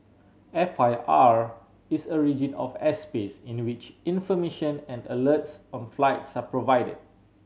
F I R is a region of airspace in which information and alerts on flights are provided